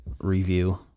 review